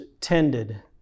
tended